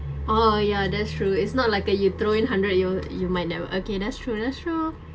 oh ya that's true is not like uh you throw in hundred you'd you might never okay that's true that's true